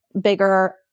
bigger